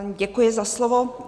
Děkuji za slovo.